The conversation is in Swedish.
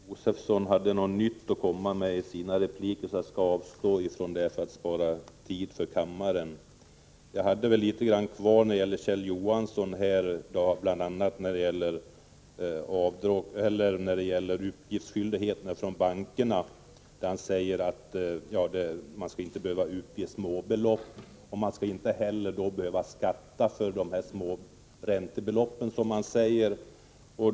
Herr talman! Varken Knut Wachtmeister eller Stig Josefson hade något nytt att komma med i sina repliker, och för att spara tid kan jag avstå från att fortsätta debatten med dem. Men jag hade litet kvar när det gällde Kjell Johansson, bl.a. beträffande uppgiftsskyldigheten för bankerna. Kjell Johansson säger att man inte skulle behöva uppge småbelopp. Man skulle inte heller behöva skatta för de små räntebeloppen.